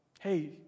hey